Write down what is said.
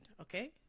Okay